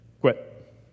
Quit